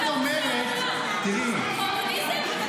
קומוניסטית?